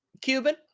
Cuban